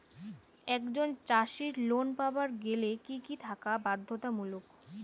একজন চাষীর লোন পাবার গেলে কি কি থাকা বাধ্যতামূলক?